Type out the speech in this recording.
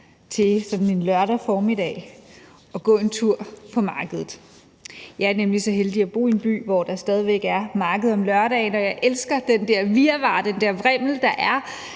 en lørdag formiddag at gå en tur på markedet. Jeg er nemlig så heldig at bo i en by, hvor der stadig væk er marked om lørdagen, og jeg elsker det der virvar og den der vrimmel, der er,